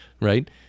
right